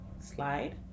slide